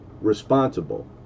responsible